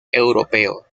europeo